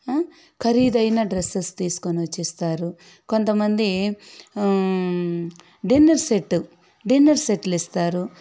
ఖరీదైన డ్రెస్సెస్ తీసుకొని వచ్చి ఇస్తారు కొంతమంది డిన్నర్ సెట్ డిన్నర్ సెట్లు ఇస్తారు